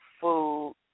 food